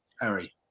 Harry